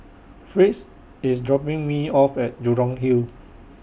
Fritz IS dropping Me off At Jurong Hill